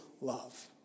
love